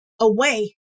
away